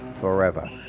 forever